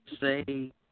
say